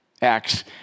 acts